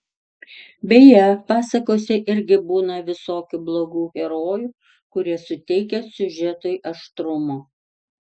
beje pasakose irgi būna visokių blogų herojų kurie suteikia siužetui aštrumo